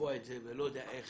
לקבוע את זה ואני לא יודע איך.